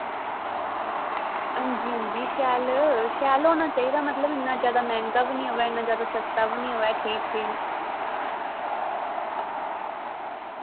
हां जी हां जी शैल शैल होना चाहिदा मतलब इ'न्ना ज्यादा मैहंगा वी नी होऐ इ'न्ना ज्यादा सस्ता बी नी होऐ ठीक